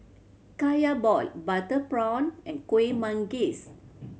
Kaya ball butter prawn and Kueh Manggis